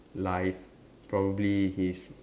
life probably his